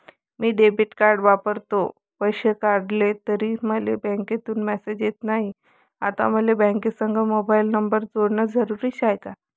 मी debit card वापरतो, पैसे काढले तरी मले बँकेमंधून मेसेज येत नाय, आता मले बँकेसंग मोबाईल नंबर जोडन जरुरीच हाय का?